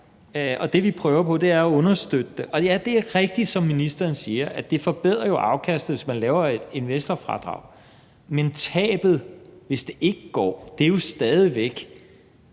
og det, vi prøver på at gøre, er at understøtte det. Og det er jo rigtigt, som ministeren siger, at det forbedrer afkastet, hvis man laver et investorfradrag, men den, der står med tabet, hvis det ikke går, er jo stadig væk